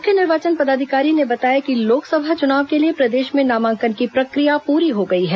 मुख्य निर्वाचन पदाधिकारी ने बताया कि लोकसभा चुनाव के लिए प्रदेश में नामांकन की प्रक्रिया पूरी हो गई है